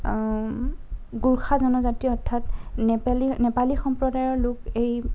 গোৰ্খা জনজাতী অৰ্থাৎ নেপালী নেপালী সম্প্ৰদায়ৰ লোক এই